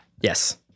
Yes